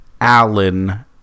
Allen